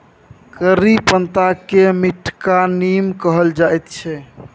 करी पत्ताकेँ मीठका नीम कहल जाइत छै